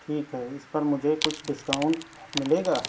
ٹھیک ہے اِس پر مجھے کچھ ڈسکاؤنٹ ملے گا